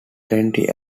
plenty